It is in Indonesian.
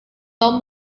tom